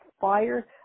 fire